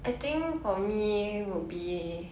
I think for me would be